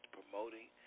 promoting